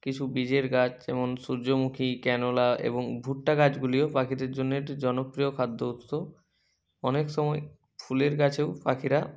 কিছু বীজের গাছ যেমন সূর্যমুখী ক্যানোলা এবং ভুট্টা গাছগুলিও পাখিদের জন্যে একটি জনপ্রিয় খাদ্য উৎস অনেক সময় ফুলের গাছেও পাখিরা